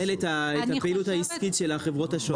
אני חושב שהממשלה תתחיל לנהל את הפעילות העסקית של החברות השונות.